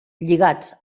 lligats